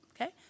Okay